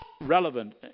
relevant